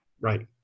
right